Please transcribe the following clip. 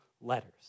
letters